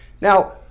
Now